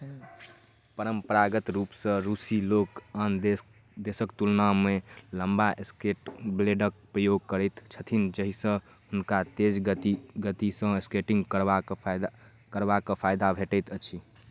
परम्परागत रूपसँ रूसी लोक आन देशक तुलनामे लम्बा स्केट ब्लेडक प्रयोग करैत छथिन जहिसँ हुनका तेज गतिसँ स्केटिङ्ग करबाक फायदा भेटैत अछि